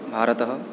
भारतः